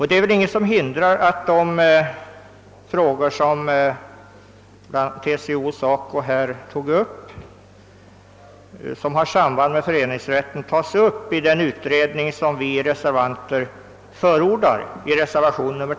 Det är väl inget som hindrar att de frågor som TCO och SACO tog upp i samband med frågan om en översyn av föreningsrätten får ingå i den utredning, som vi reservanter förordar i reservationen II.